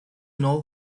know